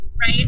Right